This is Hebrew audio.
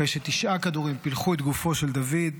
אחרי שתשעה כדורים פילחו את גופו של דוד,